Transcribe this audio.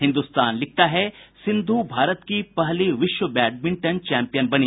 हिन्दुस्तान लिखता है सिंधू भारत की पहली विश्व बैडमिंटन चैंपियन बनी